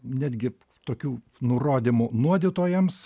netgi tokių nurodymų nuodytojams